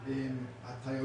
וכן גם